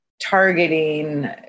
targeting